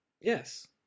yes